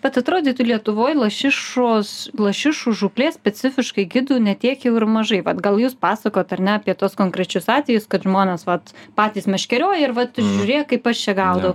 kad atrodytų lietuvoj lašišos lašišų žūklės specifiškai gidų ne tiek jau ir mažai vat gal jūs pasakojot ar ne apie tuos konkrečius atvejus kad žmonės vat patys meškerioja ir va žiūrėk kaip aš čia gaudau